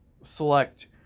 select